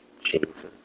Jesus